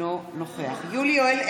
בעד יולי יואל אדלשטיין,